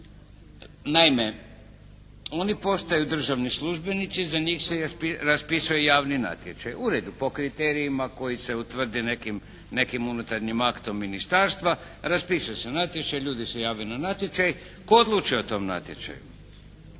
Naime, oni postaju državni službenici, za njih se raspisuje javni natječaj. U redu, po kriterijima koji se utvrde nekim unutarnjim aktom ministarstva raspiše natječaj, ljudi se jave na natječaj. Tko odlučuje o tom natječaju?